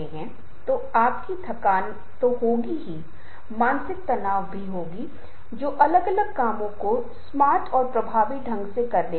दूसरा प्रश्न यह है कि अब आपके मन में एक विषय है कि आपको इन लोगों के लिए कुछ प्रस्तुत करना है आप यह कैसे करने जा रहे हैं